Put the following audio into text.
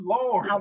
Lord